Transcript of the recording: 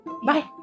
Bye